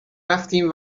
رفتیم